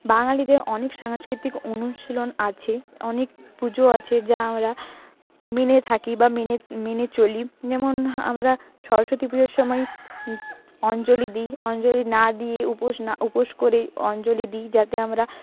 বাঙালিদের অনেক সাংস্কৃতিক অনুশীলন আছে অনেক পুজো আছে যা আমরা মেনে থাকি বা মেনে মেনে চলি যেমন আমরা সরস্বতী পুজোর সময় অঞ্জলি দিই অঞ্জলি না দিয়ে উপোস না উপোস করে অঞ্জলি দিই যাতে আমরা